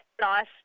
nice